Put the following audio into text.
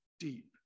deep